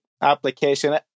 application